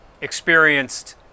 experienced